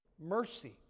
mercy